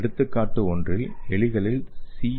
எடுத்துக்காட்டு ஒன்றில் எலிகளில் சி